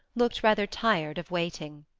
looked rather tired of waiting.